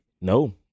No